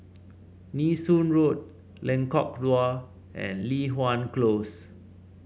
Nee Soon Road Lengkok Dua and Li Hwan Close